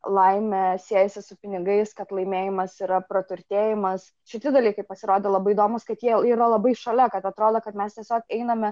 laimė siejasi su pinigais kad laimėjimas yra praturtėjimas šiti dalykai pasirodė labai įdomūs kad jie yra labai šalia kad atrodo kad mes tiesiog einame